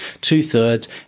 two-thirds